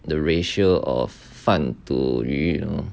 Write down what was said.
the ratio of 饭 to 鱼 you know